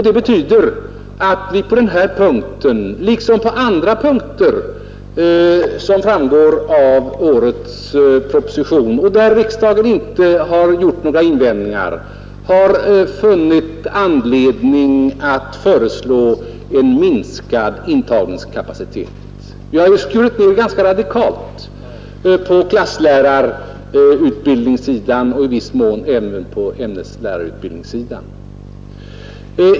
Det betyder att vi på denna punkt liksom på andra punkter — det framgår av årets proposition — där riksdagen inte har gjort några invändningar har funnit anledning föreslå en minskad intagningskapacitet. Vi har skurit ned ganska radikalt på klasslärarutbildningssidan och i viss mån även på ämneslärarutbildningssidan.